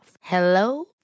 Hello